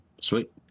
Sweet